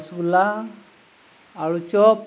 ᱨᱚᱥᱜᱩᱞᱞᱟ ᱟᱞᱩ ᱪᱚᱯ